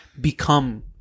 become